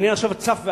העניין עכשיו צף ועלה.